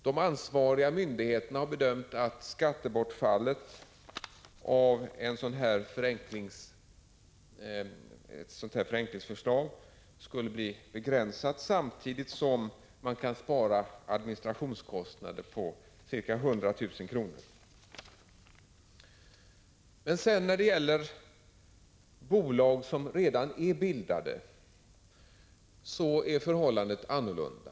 De ansvariga myndigheterna har bedömt att skattebortfallet av ett sådant här förenklingsförslag skulle bli begränsat, samtidigt som man kan spara administrationskostnader på ca 100 000 kr. När det gäller redan bildade bolag är förhållandet däremot annorlunda.